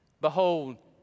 Behold